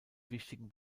wichtigen